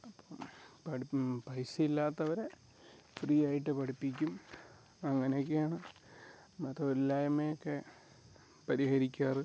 അപ്പം പൈസ ഇല്ലാത്തവരെ ഫ്രീയായിട്ട് പഠിപ്പിക്കും അങ്ങനെയൊക്കെയാണ് മത ഇല്ലായ്മയൊക്കെ പരിഹരിക്കാറ്